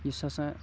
یُس ہاسا